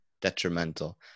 detrimental